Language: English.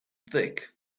thick